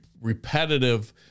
repetitive